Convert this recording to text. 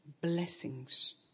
blessings